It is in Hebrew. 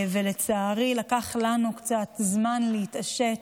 ולצערי לקח לנו קצת זמן להתעשת,